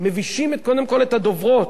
מבישים קודם כול את הדוברות.